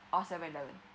oh seven eleven